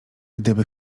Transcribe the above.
gdyby